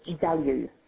value